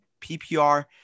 PPR